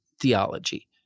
theology